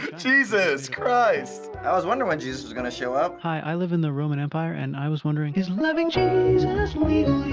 jesus christ! i was wondering when jesus was gonna show up. hi, i live in the roman empire and i was wondering. is loving jesus legal?